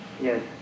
yes